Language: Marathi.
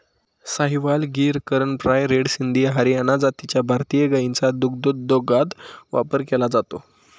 साहिवाल, गीर, करण फ्राय, रेड सिंधी, हरियाणा जातीच्या भारतीय गायींचा दुग्धोद्योगात वापर केला जातो